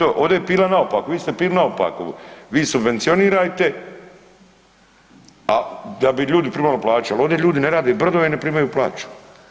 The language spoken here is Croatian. Ovdje je pila naopako, vi ste pilili naopako, vi subvencionirajte a da bi ljudi primali plaću, al ovdje ljudi ne rade brodove i ne primaju plaću.